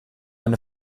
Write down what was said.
eine